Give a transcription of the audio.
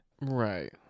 Right